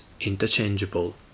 interchangeable